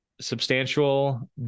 substantial